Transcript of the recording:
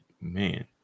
Man